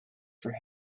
for